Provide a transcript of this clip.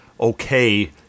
okay